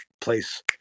place